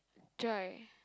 dry